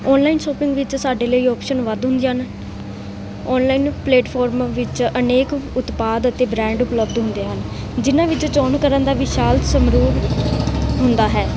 online shopping ਵਿੱਚ ਸਾਡੇ ਲਈ ਆਪਸ਼ਨ ਵੱਧ ਹੁੰਦੀਆਂ ਹਨ ਔਨਲਾਈਨ ਪਲੇਟਫਾਰਮ ਵਿੱਚ ਅਨੇਕ ਉਤਪਾਦ ਅਤੇ ਬ੍ਰੈਂਡ ਉਪਲਬਧ ਹੁੰਦੇ ਹਨ ਜਿਹਨਾਂ ਵਿੱਚੋਂ ਚੋਣ ਕਰਨ ਦਾ ਵਿਸ਼ਾਲ ਸਮਰੂਹ ਹੁੰਦਾ ਹੈ